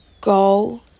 Go